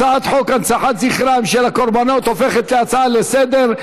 הצעת חוק הנצחת זכרם של הקורבנות הופכת להצעה לסדר-היום.